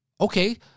Okay